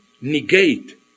negate